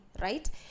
Right